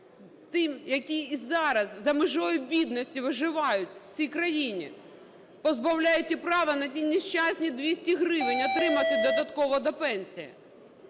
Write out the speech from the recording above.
тих, які і зараз за межею бідності, виживають в цій країні, позбавляєте права на ті нещасні 200 гривень отримати додатково до пенсії?